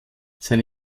seine